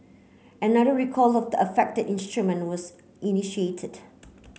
another recall of the affected instrument was initiated